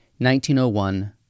1901